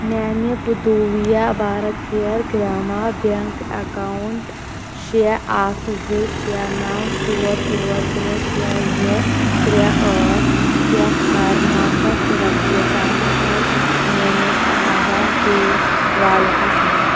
میانہِ پُدوٗویا Bharatiya Grama bank account شےٚ اَکھ زٕ شےٚ نَو ژور ژور ترٛےٚ شےٚ زٕ ترٛےٚ ٲٹھ پٮ۪ٹھ کر نَو شیٚتھ رۄپیہِ ٹرانسفر میٲنِس اَمیزان پے والیٹَس مَنٛز